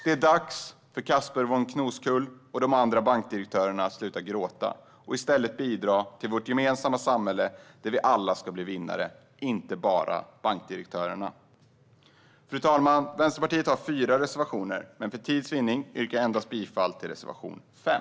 Det är dags för Casper von Koskull och de andra bankdirektörerna att sluta gråta och i stället bidra till vårt gemensamma samhälle där vi alla, och inte bara bankdirektörerna, ska bli vinnare Fru talman! Vänsterpartiet har fyra reservationer, men för tids vinnande yrkar jag bifall endast till reservation 5.